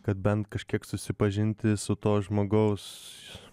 kad bent kažkiek susipažinti su to žmogaus